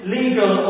legal